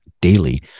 DAILY